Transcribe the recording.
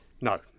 No